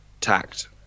tact